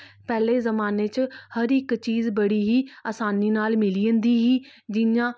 पैह्ले जमान्ने च हर इक चीज बड़ी ही असानी नाल मिली जंदी ही जियां